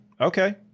okay